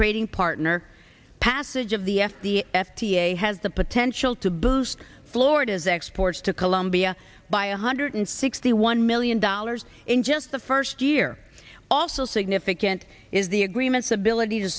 trading partner passage of the f d a f d a has the potential to boost florida's exports to colombia by a one hundred sixty one million dollars in just the first year also significant is the agreements ability to